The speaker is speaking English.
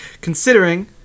Considering